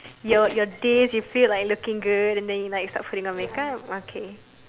your your days you feel like looking good then you like start putting on makeup okay